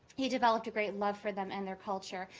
he developed a great love for them and their culture,